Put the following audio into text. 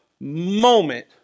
moment